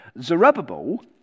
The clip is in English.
Zerubbabel